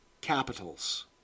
capitals